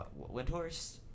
Windhorse